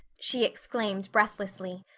she exclaimed breathlessly,